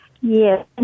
Yes